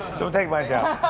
so take my job.